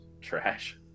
trash